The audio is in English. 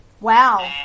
Wow